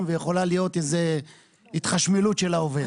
ויכולה להיות איזו התחשמלות של העובד.